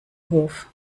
hof